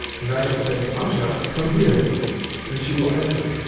and i shall say, masha, come here and she will enter,